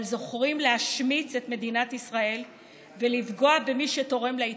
אבל זוכרים להשמיץ את מדינת ישראל ולפגוע במי שתורם להתיישבות.